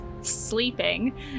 sleeping